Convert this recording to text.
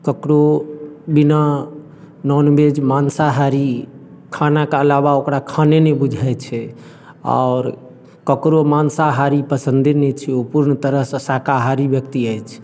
ककरो बिना नॉनवेज मांसाहारी खानाके अलावा ओकरा खाने नहि बुझाइत छै आओर ककरो मांसाहारी पसंदे नहि छै ओ पूर्ण तरह से शाकाहारी व्यक्ति अछि